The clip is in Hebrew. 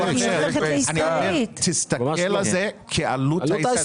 תסתכל על זה כעלות.